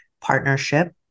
partnership